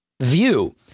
view